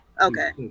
okay